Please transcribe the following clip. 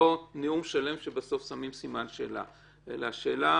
לא נאום שלם שבסוף שמים סימן שאלה אלא שאלה